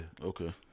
Okay